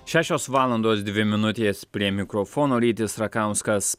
šešios valandos dvi minutės prie mikrofono rytis rakauskas